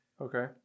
Okay